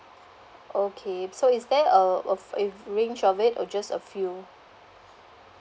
okay so is there a a of range of it or just a few